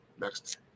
Next